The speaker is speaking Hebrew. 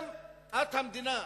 את המדינה,